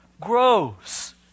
grows